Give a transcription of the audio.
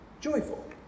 joyful